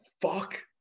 fuck